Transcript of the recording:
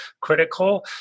critical